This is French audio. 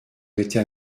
m’étais